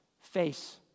face